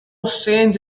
strange